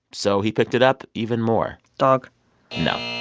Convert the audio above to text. so he picked it up even more. dog no.